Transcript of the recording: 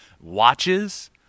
Watches